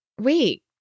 wait